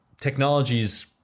technologies